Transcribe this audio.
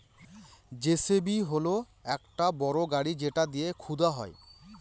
JCB হল একটা বড় গাড়ি যেটা দিয়ে খুদা হয়